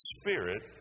Spirit